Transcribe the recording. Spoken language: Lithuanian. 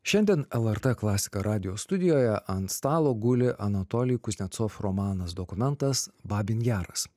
šiandien lrt klasika radijo studijoje ant stalo guli anatolij kuznecov romanas dokumentas babyn jaras